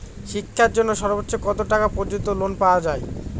শিক্ষার জন্য সর্বোচ্চ কত টাকা পর্যন্ত লোন পাওয়া য়ায়?